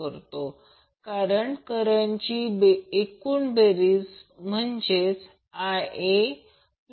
तर Vab आणि Ia मधील अँगल 30o आहे याचा अर्थ वॅटमीटरचे हे रीडिंग P1 आहे